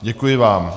Děkuji vám.